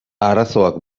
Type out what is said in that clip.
arazoak